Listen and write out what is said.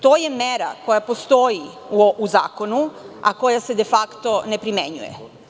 To je mera koja postoji u zakonu, a koja se de fakto ne primenjuje.